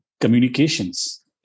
communications